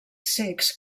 cecs